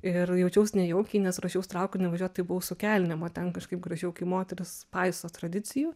ir jaučiaus nejaukiai nes ruošiaus traukiniu važiuot tai buvau su kelnėm o ten kažkaip gražiau kai moterys paiso tradicijų